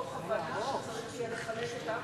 מתוך הבנה שצריך יהיה לחלק את הארץ,